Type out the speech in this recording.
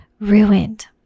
ruined